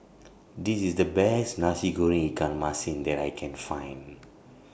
This IS The Best Nasi Goreng Ikan Masin that I Can Find